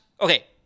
okay